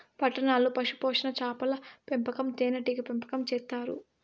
పట్టణాల్లో పశుపోషణ, చాపల పెంపకం, తేనీగల పెంపకం చేత్తారు